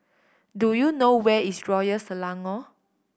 do you know where is Royal Selangor